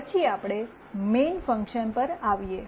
પછી આપણે main function પર આવીએ